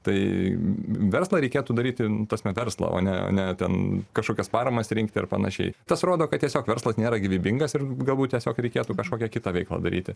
tai verslą reikėtų daryti nu tasme verslą o ne ten kažkokias paramas rinkti ir panašiai tas rodo kad tiesiog verslas nėra gyvybingas ir galbūt tiesiog reikėtų kažkokią kitą veiklą daryti